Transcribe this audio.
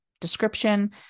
description